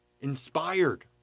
inspired